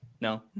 No